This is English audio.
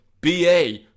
BA